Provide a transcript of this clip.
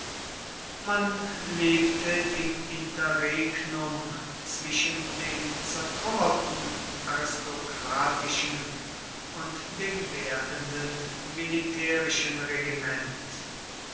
man lebte im interregnum zwischen dem zertrümmerten aristokratischen und dem werdenden militärischen regiment